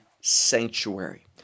sanctuary